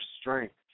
strength